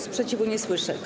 Sprzeciwu nie słyszę.